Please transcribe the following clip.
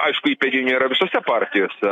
aišku įpėdinių yra visose partijose